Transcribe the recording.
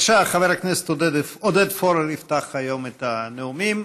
בבקשה, חבר הכנסת עודד פורר יפתח היום את הנאומים.